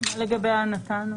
מה לגבי "נתן"?